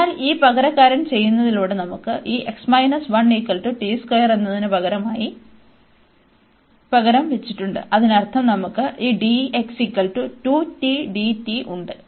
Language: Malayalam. അതിനാൽ ഈ പകരക്കാരൻ ചെയ്യുന്നതിലൂടെ നമുക്ക് ഈ എന്നതിന് പകരമായി പകരം വച്ചിട്ടുണ്ട് അതിനർത്ഥം നമുക്ക് ഈ ഉണ്ട്